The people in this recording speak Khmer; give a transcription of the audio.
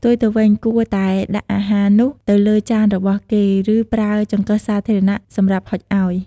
ផ្ទុយទៅវិញ គួរតែដាក់អាហារនោះទៅលើចានរបស់គេ ឬប្រើចង្កឹះសាធារណៈ សម្រាប់ហុចឱ្យ។